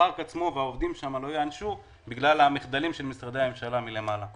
שהפארק עצמו והעובדים שם לא יענשו בגלל המחדלים של משרדי הממשלה מלמעלה.